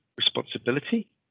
responsibility